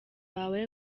wawe